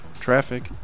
Traffic